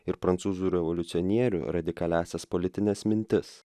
ir prancūzų revoliucionierių radikaliąsias politines mintis